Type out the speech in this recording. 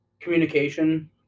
Communication